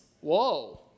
Whoa